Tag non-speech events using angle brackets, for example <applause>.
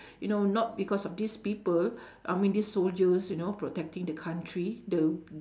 <breath> you know not because of these people <breath> I mean these soldiers you know protecting the country the w~